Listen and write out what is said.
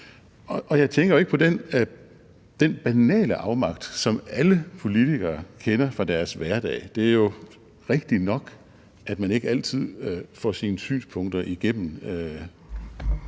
jeg tænker ikke på den banale afmagt, som alle politikere kender fra deres hverdag. Det er jo rigtigt nok, at man ikke altid får sine synspunkter igennem